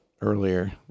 earlier